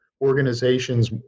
Organizations